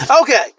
Okay